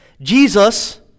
Jesus